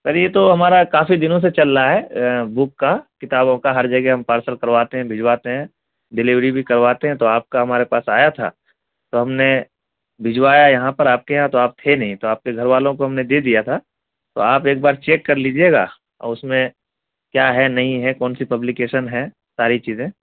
سر یہ تو ہمارا کافی دنوں سے چل رہا ہے بک کا کتابوں کا ہر جگہ ہم پارسل کرواتے ہیں بھجواتے ہیں ڈلیوری بھی کرواتے ہیں تو آپ کا ہمارے پاس آیا تھا تو ہم نے بھجوایا یہاں پر آپ کے یہاں تو آپ تھے نہیں تو آپ کے گھر والوں کو ہم نے دے دیا تھا تو آپ ایک بار چیک کر لیجیے گا اور اس میں کیا ہے نہیں ہے کون سی پبلیکیشن ہے ساری چیزیں